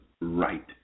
right